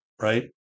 right